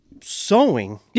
sewing